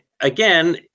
again